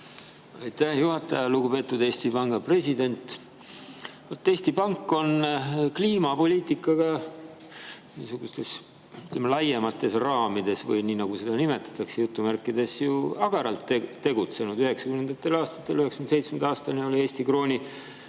Aitäh, juhataja! Lugupeetud Eesti Panga president! Eesti Pank on kliimapoliitikaga niisugustes laiemates raamides või nii, nagu seda nimetatakse jutumärkides, ju agaralt tegutsenud. Üheksakümnendatel aastatel, 1997. aastani oli Eesti krooni